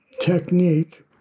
technique